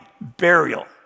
burial